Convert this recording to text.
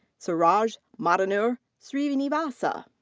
suraj madenur sreenivasa.